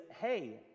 hey